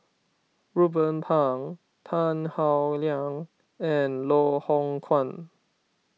Ruben Pang Tan Howe Liang and Loh Hoong Kwan